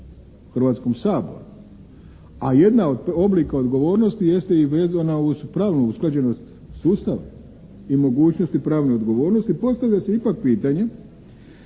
Hrvatskom saboru, a jedan od oblika odgovornosti jeste i vezana uz pravnu usklađenost sustava i mogućnosti pravne odgovornosti. Postavlja se ipak pitanje